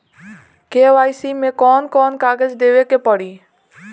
KYC मे कौन कौन कागज देवे के पड़ी?